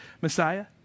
Messiah